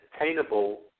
attainable